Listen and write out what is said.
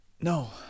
no